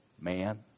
man